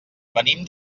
venim